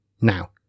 now